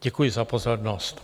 Děkuji za pozornost.